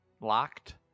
locked